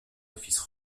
offices